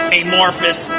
amorphous